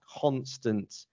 constant